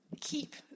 keep